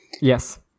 Yes